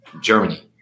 Germany